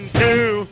two